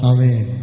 Amen